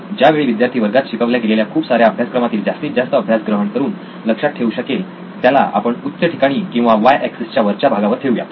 ज्यावेळी विद्यार्थी वर्गात शिकवल्या गेलेल्या खूप सार्या अभ्यासक्रमामधील जास्तीत जास्त अभ्यास ग्रहण करून लक्षात ठेवू शकेल त्याला आपण उच्च ठिकाणी किंवा वाय एक्सिस च्या वरच्या भागावर ठेवूयात